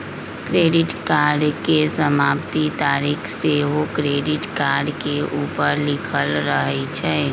credit card के समाप्ति तारिख सेहो क्रेडिट कार्ड के ऊपर लिखल रहइ छइ